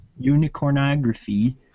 Unicornography